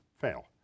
fail